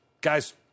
guy's